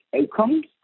outcomes